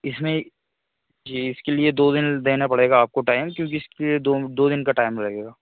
इसमें जी इसके लिए दो दिन देने पड़ेगा आपको टाइम क्योंकि इसके दो दिन का टाइम लगेगा